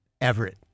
Everett